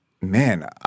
Man